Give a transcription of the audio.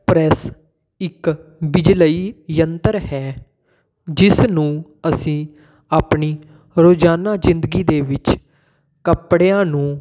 press ਇੱਕ ਬਿਜਲਈ ਯੰਤਰ ਹੈ ਜਿਸ ਨੂੰ ਅਸੀਂ ਆਪਣੀ ਰੋਜ਼ਾਨਾ ਜ਼ਿੰਦਗੀ ਦੇ ਵਿੱਚ ਕੱਪੜਿਆਂ ਨੂੰ